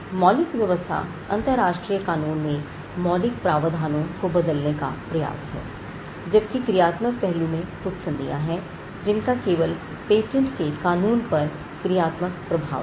मौलिक व्यवस्था अंतरराष्ट्रीय कानून में मौलिक प्रावधानों को बदलने का का प्रयास है जबकि क्रियात्मक पहलू में कुछ संधियां हैं जिनका केवल पेटेंट के कानून पर क्रियात्मक प्रभाव है